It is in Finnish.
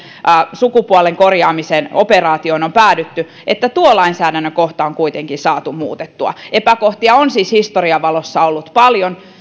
sukupuolen korjaamisen operaatioon on päädytty tuo lainsäädännön kohta on kuitenkin saatu muutettua epäkohtia on siis historian valossa ollut paljon